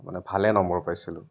মানে ভালে নম্বৰ পাইছিলোঁ